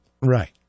Right